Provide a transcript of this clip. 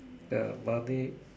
ya money